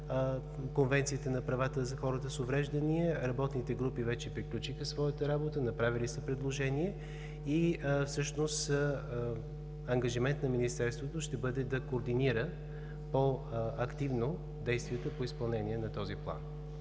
Конвенцията по правата на хората с увреждания. Работните групи вече приключиха своята работа, направили са предложение и всъщност ангажиментът на Министерството е да координира по-активно действията по изпълнение на този план.